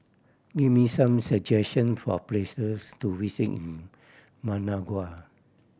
give me some suggestion for places to visit in Managua